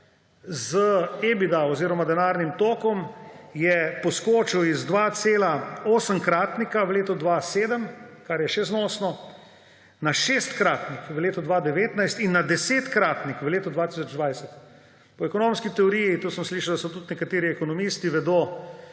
: EBITDA oziroma denarni tok je poskočilo z 2,8-kratnika v letu 2007, kar je še znosno, na 6-kratnik v letu 2019 in na 10-kratnik v letu 2020. Po ekonomski teoriji – sem slišal, da to tudi nekateri ekonomisti vedo